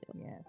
Yes